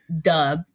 Duh